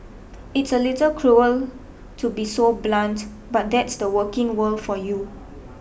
it's a little cruel to be so blunt but that's the working world for you